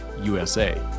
USA